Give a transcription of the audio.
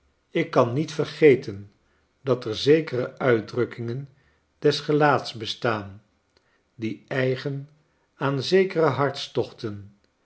ik kan niet vergeten dat er zekere uitdrukkingen des gelaats bestaan die eigen aan zekere hartstochten en